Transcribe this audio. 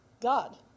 God